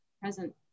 present